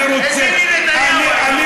איזה ביבי נתניהו היית רוצה.